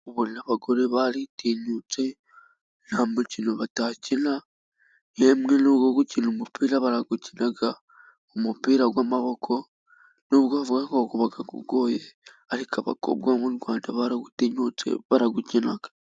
Ubona bagore baritinyutse， nta mukino batakina，yemwe n'uwo gukina umupira barawukina， umupira w'amaboko， n’ubwo bavuga ngo uva ugoye，ariko abakobwa b’u Rwanda， barawutinyutse，barawukina.